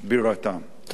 תודה רבה.